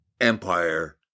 empire